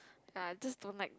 ya I just don't like